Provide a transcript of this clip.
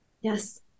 Yes